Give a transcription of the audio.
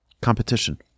competition